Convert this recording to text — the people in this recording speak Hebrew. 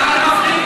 למה אתם מפריעים לי?